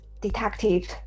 Detective